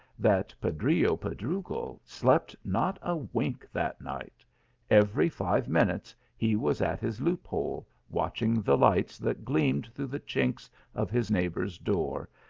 that pedrillo pedrugo slept not a wink that night every five minutes he was at his loop-hole, watching the lights that gleamed through the chinks of his neighbour s door,